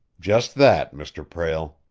just that, mr. prale.